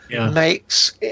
makes